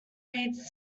reads